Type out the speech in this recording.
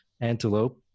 antelope